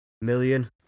million